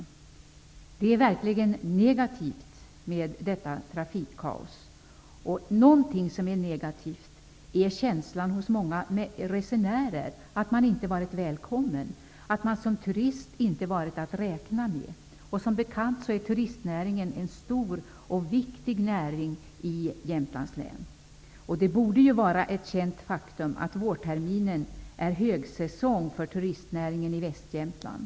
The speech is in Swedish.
Detta trafikkaos är verkligen negativt, och någonting som också är negativt är känslan hos många resenärer. Dessa har upplevt att de inte har varit välkomna, att de som turister inte har varit att räkna med. Som bekant är turistnäringen en stor och viktig näring i Jämtlands län, och det borde ju vara ett känt faktum att vårterminen är högsäsong för turistnäringen i västra Jämtland.